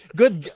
good